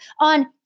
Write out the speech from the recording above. on